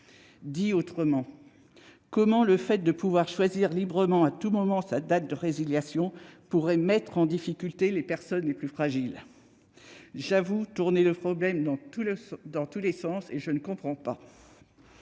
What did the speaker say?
termes, comment le fait de pouvoir choisir librement à tout moment sa date de résiliation pourrait mettre en difficulté les personnes les plus fragiles ? J'avoue tourner le problème dans tous les sens, je ne comprends pas.